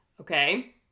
okay